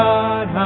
God